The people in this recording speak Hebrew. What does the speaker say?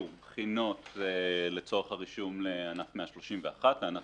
בחינות לצורך הרישום לענף - זה הולך